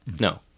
No